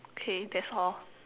okay that's all